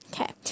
Okay